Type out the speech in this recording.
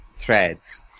threads